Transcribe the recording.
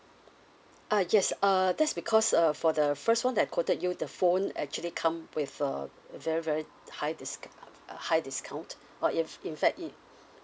ah yes uh that's because uh for the first one that I quoted you the phone actually come with a very very high disc~ discount or if in fact it